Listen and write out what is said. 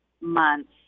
months